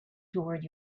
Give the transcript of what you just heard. toward